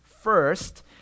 First